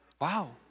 wow